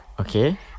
Okay